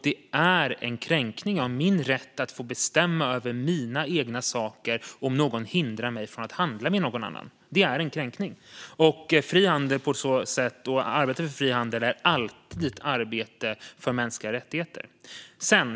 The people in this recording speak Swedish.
Det är en kränkning av min rätt att bestämma över mina egna saker om någon hindrar mig från att handla med någon annan. Det är en kränkning. Arbetet för fri handel är på så sätt alltid ett arbete för mänskliga rättigheter.